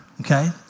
Okay